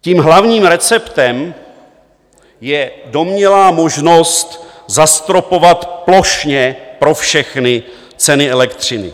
Tím hlavním receptem je domnělá možnost zastropovat plošně pro všechny ceny elektřiny.